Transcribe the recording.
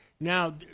Now